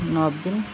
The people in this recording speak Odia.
ନବେ